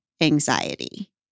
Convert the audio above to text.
anxiety